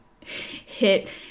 hit